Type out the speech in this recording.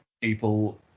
people